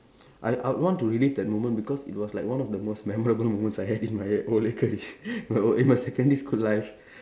I I want to relive to that moment because it was like one of the most memorable moments I had in my my o~ eh my secondary school life